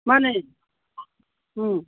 ꯃꯥꯟꯅꯦ ꯎꯝ